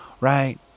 right